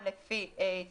גם לפי חלוקה למשרדי הממשלה,